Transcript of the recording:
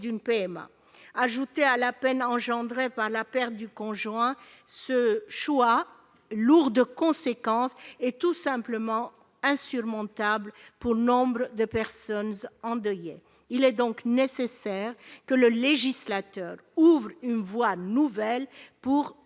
d'une PMA. Ajouté à la peine suscitée par la perte du conjoint, ce choix lourd de conséquences est tout simplement insurmontable pour nombre de personnes endeuillées. Il est donc nécessaire que le législateur ouvre une voie nouvelle pour